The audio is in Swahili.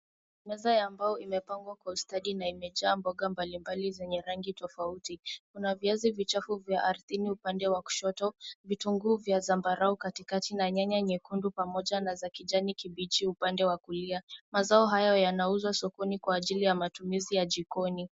Meza ya mbao imepangwa kwa ustadi na imejaa mboga mbalimbali zenye rangi tofauti. Kuna viazi vichafu vya ardhini upande wa kushoto, vitunguu vya zambarau katikati na nyanya nyekundu pamoja na za kijani kibichi upande wa kulia. Mazao hayo yanauzwa sokoni kwa ajili ya matumizi ya jikoni.